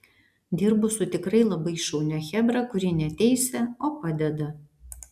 dirbu su tikrai labai šaunia chebra kuri ne teisia o padeda